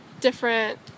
different